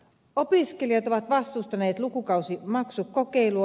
opiskelijat ovat vastustaneet lukukausimaksukokeilua